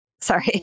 Sorry